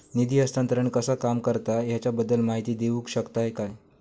निधी हस्तांतरण कसा काम करता ह्याच्या बद्दल माहिती दिउक शकतात काय?